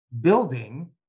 building